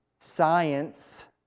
science